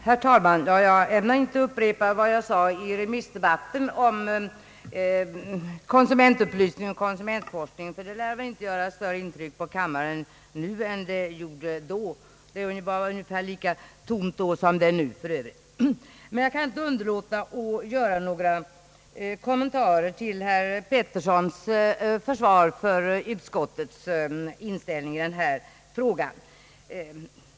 Herr talman! Jag ämnar inte upprepa vad jag i remissdebatten sade om konsumentupplysning och konsumentforskning, ty det lär väl inte göra större intryck på kammaren nu än det gjorde då. Det var för övrigt ungefär lika tomt i kammaren då som det är nu. Men jag kan inte underlåta att göra några kommentarer till herr Peterssons försvar för utskottets inställning i denna fråga.